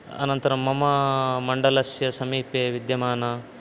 अनन्तरं मम मण्डलस्य समीपे विद्यमानः